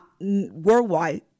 worldwide